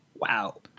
Wow